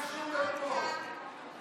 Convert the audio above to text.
ההסכמה הייתה